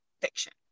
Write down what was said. fiction